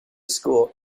school